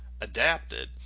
adapted